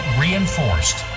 reinforced